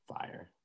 fire